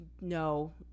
No